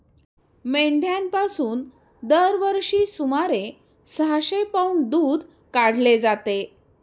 मेंढ्यांपासून दरवर्षी सुमारे सहाशे पौंड दूध काढले जाते